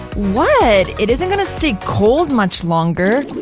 what, it isn't gonna stay cold much longer!